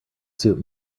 suit